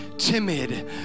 timid